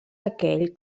aquell